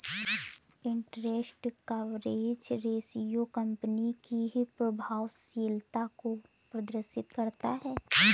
interest coverage ratio company की प्रभावशीलता को प्रदर्शित करता है